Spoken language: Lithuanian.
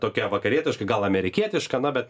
tokia vakarietiška gal amerikietiška na bet